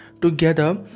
together